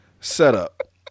setup